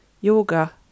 yoga